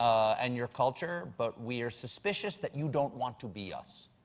and your culture. but we are suspicious that you don't want to be us.